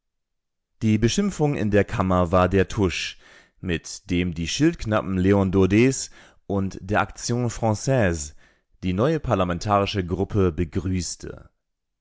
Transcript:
die beschimpfung in der kammer war der tusch mit dem die schildknappen lon daudets und der action franaise die neue parlamentarische gruppe begrüßten